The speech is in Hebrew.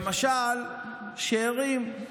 למשל שאירים.